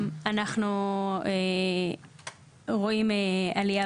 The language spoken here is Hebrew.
אם תוכל לתת לנו את הפירוט הנרחב יותר בחלק הזה,